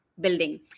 building